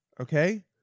Okay